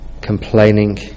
complaining